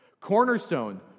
Cornerstone